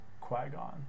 qui-gon